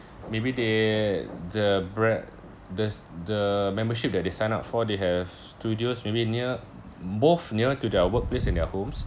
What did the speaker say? maybe they the bra~ the the membership that they sign up for they have studios maybe near both near to their workplace and their homes